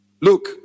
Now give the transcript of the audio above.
Look